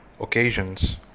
occasions